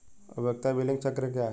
उपयोगिता बिलिंग चक्र क्या है?